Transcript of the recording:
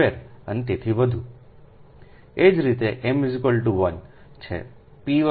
એ જ રીતે m 1 છે